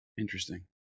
interesting